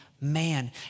man